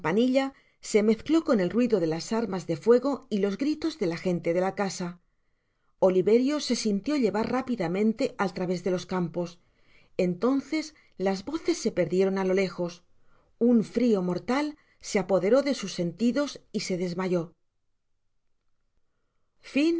se mezcló con el ruido je las armas de fuego y los gritos de la gente de la casa oliverio se sintió llevar rápidamente al través de los campos entonces las voces se perdieron á lo lejos un frio mortal se apoderó de sus sentidos y se desmayó